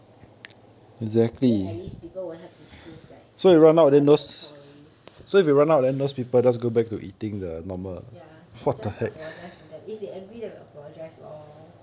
then at least people will have to choose like eh why I don't have choice ya you just apologise to them if they angry then apologise lor